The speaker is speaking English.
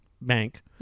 bank